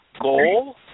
goal